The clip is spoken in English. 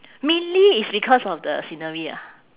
mainly it's because of the scenery ah